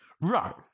Right